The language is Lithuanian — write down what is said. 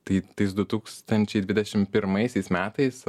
tai tais du tūkstančiai dvidešimt pirmaisiais metais